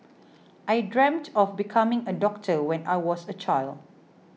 I dreamt of becoming a doctor when I was a child